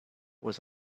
was